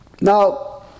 now